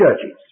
churches